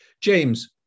James